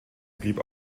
blieb